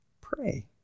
pray